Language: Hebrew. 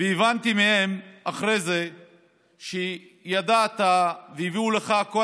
והבנתי מהם אחרי זה שידעת והביאו לך את כל